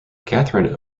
katherine